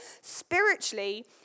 spiritually